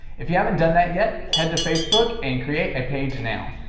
if you haven't done that yet, head to facebook and create a page now,